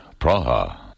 Praha